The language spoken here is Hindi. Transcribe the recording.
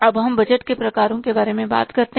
अब हम बजट के प्रकारों के बारे में बात करते हैं